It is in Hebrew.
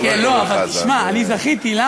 אני זכיתי.